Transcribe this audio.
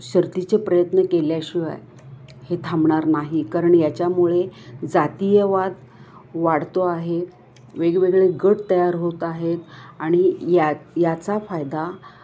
शर्थीचे प्रयत्न केल्याशिवाय हे थांबणार नाही कारण याच्यामुळे जातीयवाद वाढतो आहे वेगवेगळे गट तयार होत आहेत आणि या याचा फायदा